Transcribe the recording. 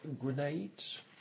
grenades